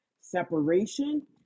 separation